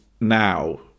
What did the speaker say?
now